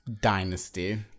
dynasty